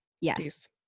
yes